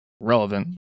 relevant